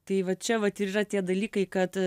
tai va čia vat ir yra tie dalykai kad